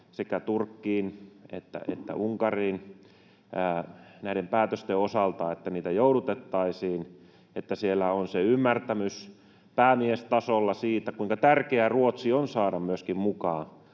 sekä Turkkiin että Unkariin näiden päätösten osalta, että niitä joudutettaisiin ja että siellä on se ymmärtämys päämiestasolla siitä, kuinka tärkeää myöskin Ruotsi on saada mukaan